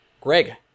Greg